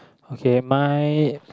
okay my